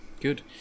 good